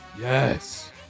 Yes